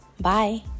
Bye